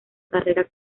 carrera